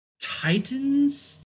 Titans